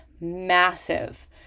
massive